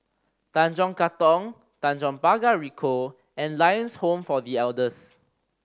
Tanjong Katong Tanjong Pagar Ricoh and Lions Home for The Elders